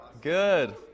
Good